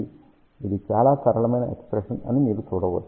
కాబట్టి ఇది చాలా సరళమైన ఎక్ష్ప్రెషన్ అని మీరు చూడవచ్చు